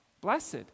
Blessed